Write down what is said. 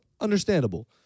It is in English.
Understandable